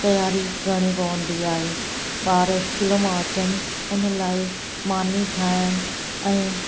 तयारी करिणी पवंदी आहे ॿार स्कूल मां अचनि हुन लाइ मानी ठाहिणु ऐं